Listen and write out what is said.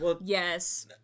Yes